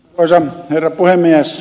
arvoisa herra puhemies